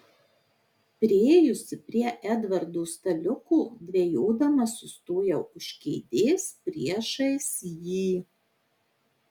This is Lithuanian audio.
priėjusi prie edvardo staliuko dvejodama sustojau už kėdės priešais jį